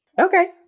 Okay